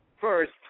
first